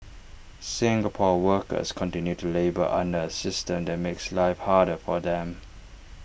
Singapore's workers continue to labour under A system that makes life harder for them